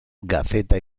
gaceta